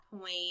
point